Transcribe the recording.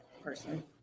person